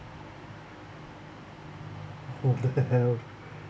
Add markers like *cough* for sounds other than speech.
what the hell *breath*